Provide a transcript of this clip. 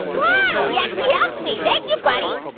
wow he actually helped me, thank you buddy.